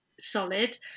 solid